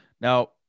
Now